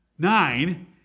nine